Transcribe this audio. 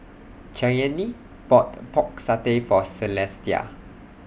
Cheyanne bought Pork Satay For Celestia